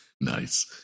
nice